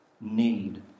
need